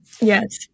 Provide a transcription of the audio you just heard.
Yes